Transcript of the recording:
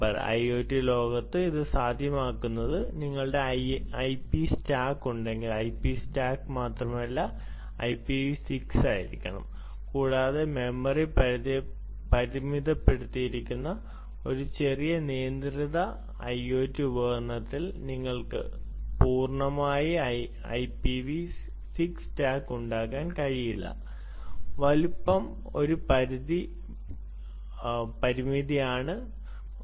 IoT ലോകത്ത് അത് സാധ്യമാകുന്നത് നിങ്ങൾക്ക് ഐപി സ്റ്റാക്ക് ഉണ്ടെങ്കിൽ ഐപി സ്റ്റാക്ക് മാത്രമല്ല അത് ഐപിവി 6 ആയിരിക്കണം കൂടാതെ മെമ്മറി പരിമിതപ്പെടുത്തിയിരിക്കുന്ന ഒരു ചെറിയ നിയന്ത്രിത ഐഒടി ഉപകരണത്തിൽ നിങ്ങൾക്ക് പൂർണ്ണമായി ഐപിവി 6 സ്റ്റാക്ക് ഉണ്ടാകാൻ കഴിയില്ല വലുപ്പം ഒരു പരിമിതി ആണ്